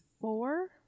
four